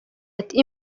ati